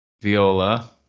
Viola